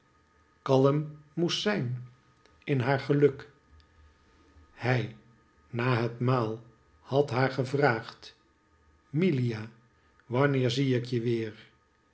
kalm moest zijn in haar geluk hij na het maal had haar gevraagd milia wanneer zie ik je weer